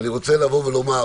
ואני רוצה לומר,